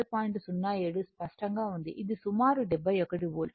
07 స్పష్టంగా ఉందిఇది సుమారు 71 వోల్ట్